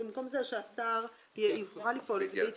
האם ההצעה שבמקום בהסכמה השר יוכל לפעול בהתייעצות?